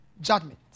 judgment